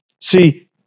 See